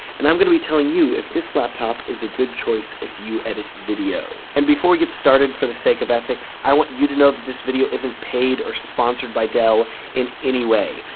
and i'm gonna be telling you if this laptop is a good choice, if you edit video. and before we get started for the sake of ethics, i want you to know that this video isn't paid or sponsored by dell in any way.